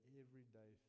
everyday